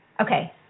okay